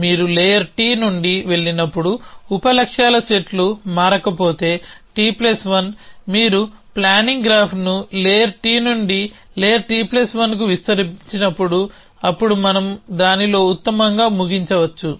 మీరు layer T నుండి వెళ్లినప్పుడు ఉప లక్ష్యాల సెట్లు మారకపోతే T1 మీరు ప్లానింగ్ గ్రాఫ్ను లేయర్ T నుండి లేయర్ T1 కి విస్తరించినప్పుడు అప్పుడు మనం దానిలో ఉత్తమంగా ముగించవచ్చు